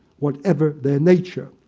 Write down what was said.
whatever their nature.